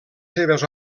seves